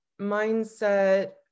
mindset